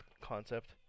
concept